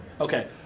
Okay